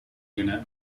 unit